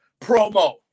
promo